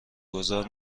گذار